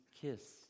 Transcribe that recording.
kiss